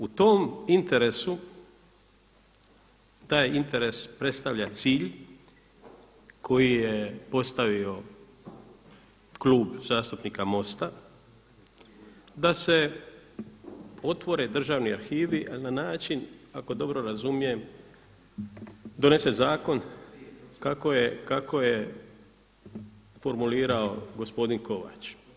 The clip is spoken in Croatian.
U tom interesu taj interes predstavlja cilj koji je postavio Klub zastupnika Mosta da se otvore državni arhivi na način ako dobro razumijem donese zakon kako je formulirao gospodin Kovač.